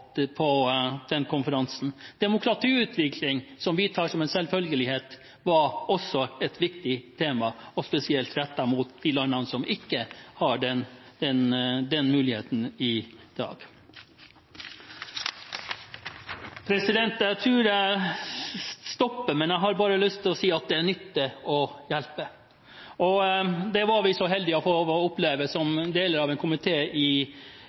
konferansen. Demokratiutvikling, som vi tar som en selvfølge, var også et viktig tema og spesielt rettet mot de landene som ikke har den muligheten i dag. Jeg tror jeg stopper her, men jeg har bare lyst til å si at det nytter å hjelpe. Det var vi så heldige å få oppleve som del av en komité i